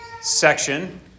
section